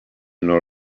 nor